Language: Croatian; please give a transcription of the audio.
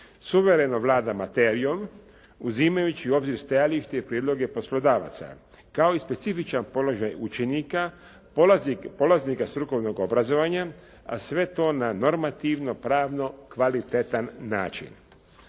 Suvremeno vlada materijom, uzimajući u obzir stajalište i prijedloge poslodavaca, kao i specifičan položaj učenika, polaznika strukovnog obrazovanja, a sve to na normativno pravno kvalitetan način.